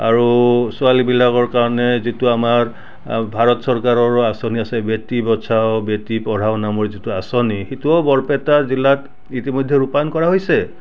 আৰু ছোৱালীবিলাকৰ কাৰণে যিটো আমাৰ ভাৰত চৰকাৰৰ আঁচনি আছে বেটি বচাও বেটি পঢ়াও নামৰ যিটো আঁচনি সেইটোও বৰপেটা জিলাত ইতিমধ্যে ৰূপায়ণ কৰা হৈছে